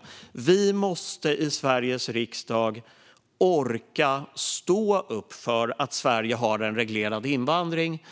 Riksrevisionens rapport om återvändande-verksamheten Vi måste i Sveriges riksdag orka stå upp för att Sverige har en reglerad invandring.